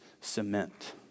cement